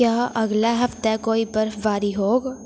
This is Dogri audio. क्या अगले हफ्तै कोई बर्फबारी होग